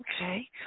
Okay